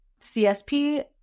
CSP